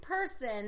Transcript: person